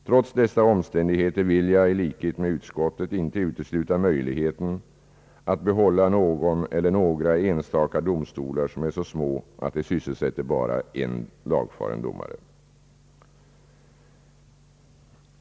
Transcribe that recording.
Trots dessa omständigheter vill jag i likhet med utskottet inte utesluta möjligheten att behålla någon eller några enstaka domstolar, som är så små att de sysselsätter bara en lagfaren domare.